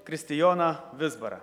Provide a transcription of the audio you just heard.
kristijoną vizbarą